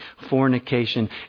fornication